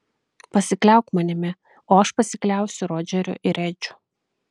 pasikliauk manimi o aš pasikliausiu rodžeriu ir edžiu